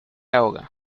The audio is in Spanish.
ahoga